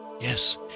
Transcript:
Yes